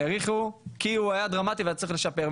האריכו כי הוא היה דרמטי והיה צריך לשפר.